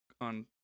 On-